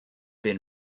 been